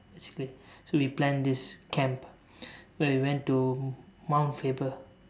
basically so we planned this camp where we went to Mount Faber